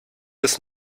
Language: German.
ist